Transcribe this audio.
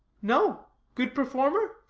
no good performer?